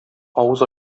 авыз